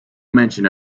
mention